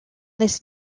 this